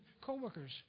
co-workers